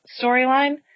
storyline